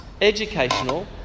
educational